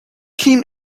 him